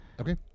Okay